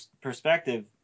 perspective